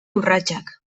urratsak